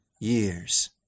years